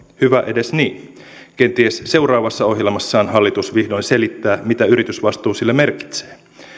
hyvä edes niin kenties seuraavassa ohjelmassaan hallitus vihdoin selittää mitä yritysvastuu sille merkitsee